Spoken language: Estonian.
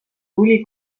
tuli